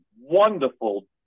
wonderful